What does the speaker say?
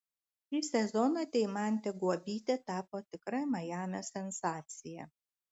šį sezoną deimantė guobytė tapo tikra majamio sensacija